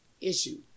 issue